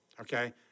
Okay